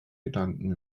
gedanken